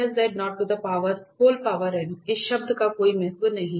यहां इस शब्द का कोई महत्व नहीं है